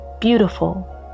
beautiful